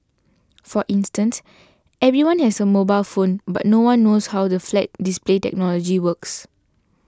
for instance everyone has a mobile phone but no one knows how the flat display technology works